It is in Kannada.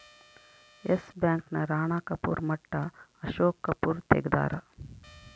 ಎಸ್ ಬ್ಯಾಂಕ್ ನ ರಾಣ ಕಪೂರ್ ಮಟ್ಟ ಅಶೋಕ್ ಕಪೂರ್ ತೆಗ್ದಾರ